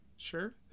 sure